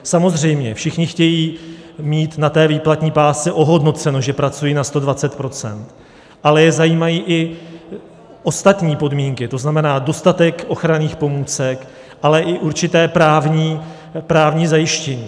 Samozřejmě všichni chtějí mít na té výplatní pásce ohodnoceno, že pracují na 120 %, ale zajímají je i ostatní podmínky, tzn. dostatek ochranných pomůcek, ale i určité právní zajištění.